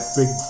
big